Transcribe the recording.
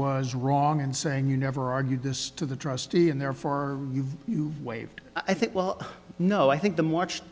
was wrong in saying you never argued this to the trustee and therefore you waived i think well no i think them watched